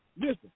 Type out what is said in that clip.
listen